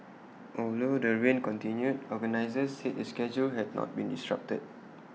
although the rain continued organisers said the schedule had not been disrupted